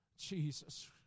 Jesus